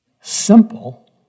Simple